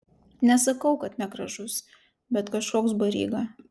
nesakau kad negražus bet kažkoks baryga